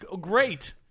great